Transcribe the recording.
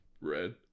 red